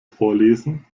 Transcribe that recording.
vorlesen